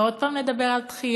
ועוד פעם נדבר על דחייה,